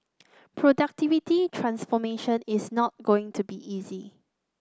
productivity transformation is not going to be easy